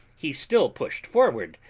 he still pushed forward,